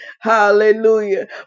hallelujah